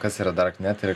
kas yra dark net ir